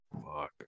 Fuck